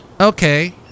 Okay